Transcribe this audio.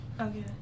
Okay